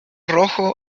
rojo